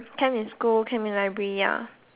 camp in school camp in library ya